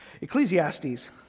Ecclesiastes